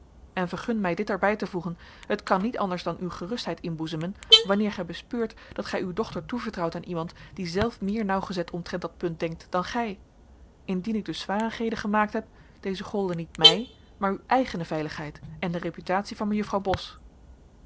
en vergun mij dit er bij te voegen het kan niet anders dan u gerustheid inboezemen wanneer gij bespeurt dat gij uw dochter toevertrouwt aan iemand die zelf meer nauwgezet omtrent dat punt denkt dan gij indien ik dus zwarigheden gemaakt heb deze golden niet mij maar uw eigene veiligheid en de reputatie van mejuffrouw bos